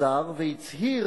וחזר והצהיר,